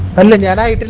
um the gala but